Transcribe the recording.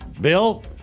Bill